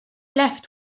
left